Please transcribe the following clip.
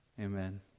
Amen